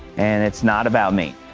and it's not about me.